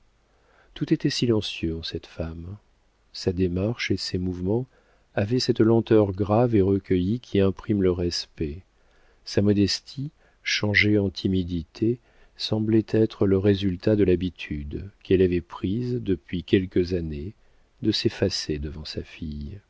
tout était silencieux en cette femme sa démarche et ses mouvements avaient cette lenteur grave et recueillie qui imprime le respect sa modestie changée en timidité semblait être le résultat de l'habitude qu'elle avait prise depuis quelques années de s'effacer devant sa fille